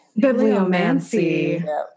Bibliomancy